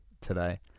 today